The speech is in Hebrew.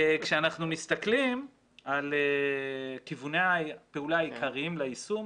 כשאנחנו מסתכלים על כיווני הפעולה העיקריים ליישום,